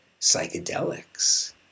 psychedelics